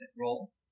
Roll